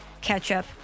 ketchup